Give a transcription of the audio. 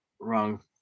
wrong